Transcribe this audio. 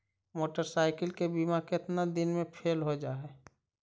Motorcycle के बिमा केतना दिन मे फेल हो जा है?